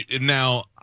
Now